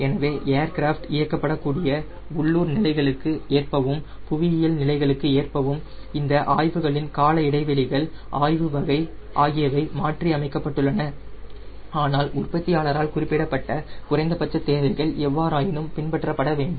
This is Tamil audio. எனவே ஏர்கிராஃப்ட் இயக்கப்பட கூடிய உள்ளூர் நிலைகளுக்கு ஏற்பவும் புவியியல் நிலைகளுக்கு ஏற்பவும் இந்த ஆய்வுகளின் கால இடைவெளிகள் ஆய்வு வகை ஆகியவை மாற்றி அமைக்கப்பட்டுள்ளன ஆனால் உற்பத்தியாளரால் குறிப்பிடப்பட்ட குறைந்தபட்ச தேவைகள் எவ்வாறாயினும் பின்பற்றப்பட வேண்டும்